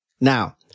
Now